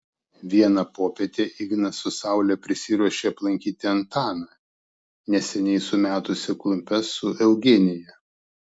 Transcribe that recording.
vieną popietę ignas su saule prisiruošė aplankyti antaną neseniai sumetusį klumpes su eugenija